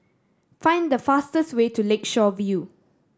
find the fastest way to Lakeshore View